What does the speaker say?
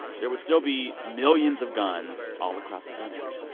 there would still be millions of guns all across the country.